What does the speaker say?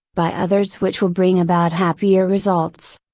by others which will bring about happier results.